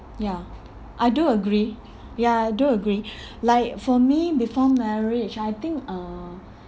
ya I do agree ya I do agree like for me before marriage I think uh